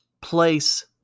place